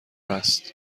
است